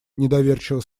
недоверчиво